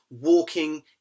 walking